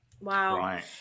Wow